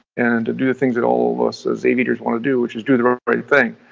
and to do the things that all of us as aviators want to do, which is do the right thing.